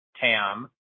TAM